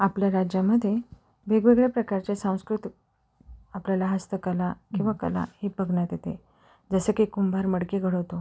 आपल्या राज्यामध्ये वेगवेगळ्या प्रकारचे सांस्कृतिक आपल्याला हस्तकला किंवा कला हे बघण्यात येते जसं की कुंभार मडकी घडवतो